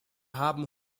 haben